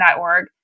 org